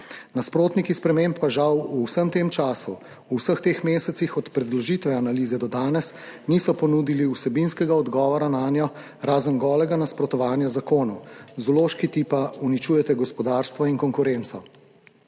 Nasprotniki sprememb pa žal v vsem tem času, v vseh teh mesecih od predložitve analize do danes niso ponudili vsebinskega odgovora nanjo, razen golega nasprotovanja zakonu z vložki tipa »uničujete gospodarstvo in konkurenco«.